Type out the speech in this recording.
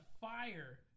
fire